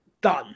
Done